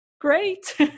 Great